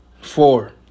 four